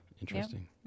Interesting